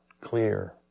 clear